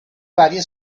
varie